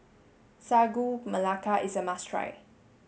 Sagu Melaka is a must try